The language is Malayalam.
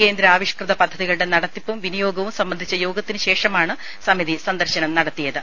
കേന്ദ്രാവിഷ്കൃത പദ്ധതികളുടെ നടത്തിപ്പും വിനിയോഗവും സംബന്ധിച്ച യോഗത്തിനു ശേഷമാണ് സമിതി സന്ദർശനം നടത്തിയത്